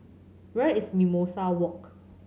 where is Mimosa Walk